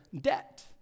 debt